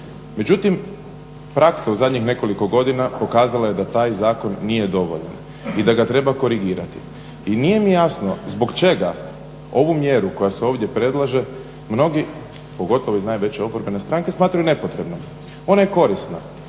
Međutim, praksa u zadnjih nekoliko godina pokazala je da taj zakon nije dovoljan i da ga treba korigirati. I nije mi jasno zbog čega ovu mjeru koja se ovdje predlaže mnogi pogotovo iz najveće oporbene stranke smatraju nepotrebnom. Ona je korisna.